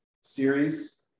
series